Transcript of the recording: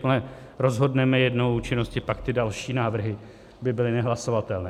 Jakmile rozhodneme jednou o účinnosti, pak ty další návrhy by byly nehlasovatelné.